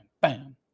bam